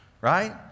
right